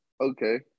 okay